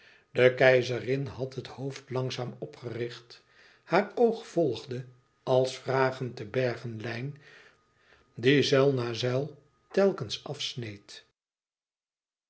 de keizerin had het hoofd langzaam opgericht haar oog volgde als vragend de bergenlijn die zuil na zuil telkens afsneed